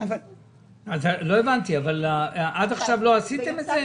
לא אמורה להיות הלנת שכר.